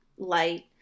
light